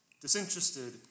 Disinterested